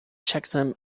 checksum